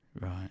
Right